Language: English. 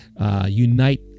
unite